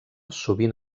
sovint